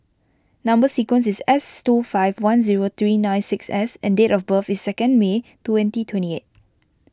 Number Sequence is S two five one zero three nine six S and date of birth is second May twenty twenty eight